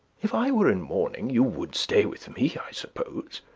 if i were in mourning you would stay with me, i suppose.